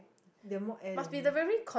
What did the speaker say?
they're more air than me